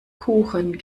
kuchen